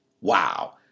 Wow